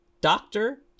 doctor